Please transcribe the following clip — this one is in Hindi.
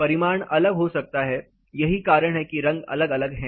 परिमाण अलग हो सकता है यही कारण है कि रंग अलग अलग है